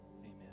amen